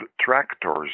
tractors